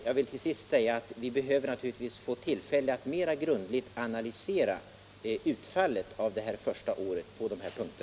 Jag vill till sist säga att vi naturligtvis behöver få tillfälle att mer grundligt analysera utfallet av det här första året på dessa punkter.